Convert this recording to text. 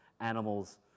animals